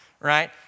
right